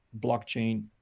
blockchain